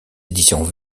éditions